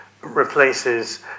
replaces